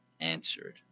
answered